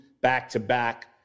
back-to-back